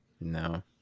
no